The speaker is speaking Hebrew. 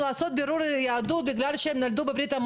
שלושה להתארגן ולגייס.